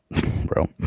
Bro